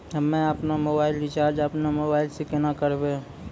हम्मे आपनौ mobile recharge आपनौ मोबाइल से केना करवै?